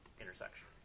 intersection